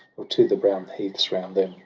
nor to the brown heaths round them,